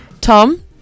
Tom